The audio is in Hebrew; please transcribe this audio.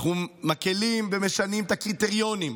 אנחנו מקילים ומשנים את הקריטריונים.